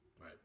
Right